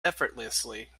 effortlessly